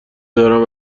دارم